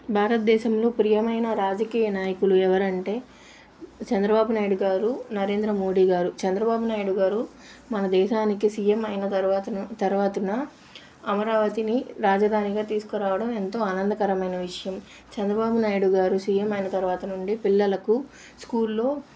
భారత్దేశంలో ప్రియమైన రాజకీయ నాయకులు ఎవరంటే చంద్రబాబు నాయుడు గారు నరేంద్ర మోడీ గారు చంద్రబాబు నాయుడు గారు మన దేశానికి సీఎమ్ అయిన తర్వాత తర్వాతన అమరావతిని రాజధానిగా తీసుకురావడం ఎంతో ఆనందకరమైన విషయం చంద్రబాబు నాయుడు గారు సీఎమ్ అయిన తర్వాత నుండి పిల్లలకు స్కూళ్ళో